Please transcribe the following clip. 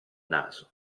naso